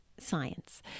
science